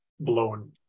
blown